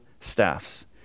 staffs